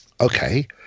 okay